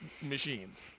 machines